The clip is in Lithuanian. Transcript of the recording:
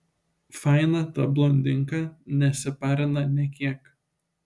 faina ta blondinka nesiparina nė kiek